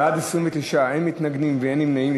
בעד, 29, אין מתנגדים ואין נמנעים.